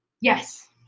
Yes